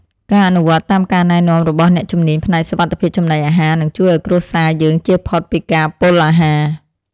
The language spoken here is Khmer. ការអនុវត្តតាមការណែនាំរបស់អ្នកជំនាញផ្នែកសុវត្ថិភាពចំណីអាហារនឹងជួយឱ្យគ្រួសារយើងជៀសផុតពីការពុលអាហារ។